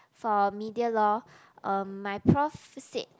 for media law um my prof said